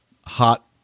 hot